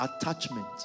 attachment